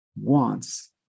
wants